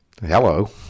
Hello